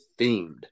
themed